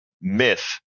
myth